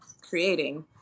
creating